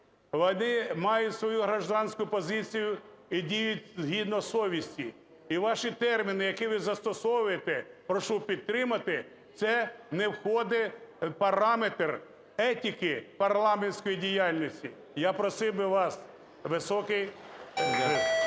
вони мають свою громадянську позицію і діють згідно совісті. І ваші терміни, які ви застосовуєте, прошу підтримати, це не входить в параметр етики парламентської діяльності, я просив би вас… ГОЛОВУЮЧИЙ.